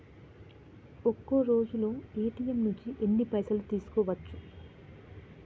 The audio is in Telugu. ఒక్కరోజులో ఏ.టి.ఎమ్ నుంచి ఎన్ని పైసలు తీసుకోవచ్చు?